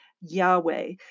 Yahweh